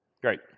Great